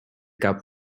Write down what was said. cap